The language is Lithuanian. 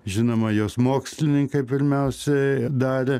žinoma jos mokslininkai pirmiausia darė